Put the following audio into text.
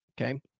Okay